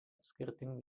skirtingų